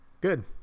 Good